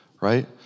Right